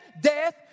death